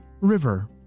river